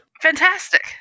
Fantastic